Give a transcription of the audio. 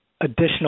additional